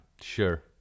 Sure